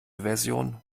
version